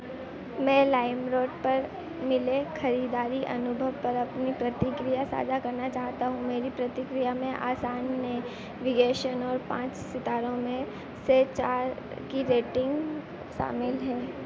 मैं लाइमरोड पर मिले खरीदारी अनुभव पर अपनी प्रतिक्रिया साझा करना चाहता हूँ मेरी प्रतिक्रिया में आसान ने विगेशन और पाँच सितारों में से चार की रेटिंग शामिल है